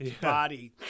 body